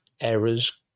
errors